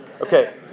Okay